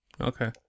Okay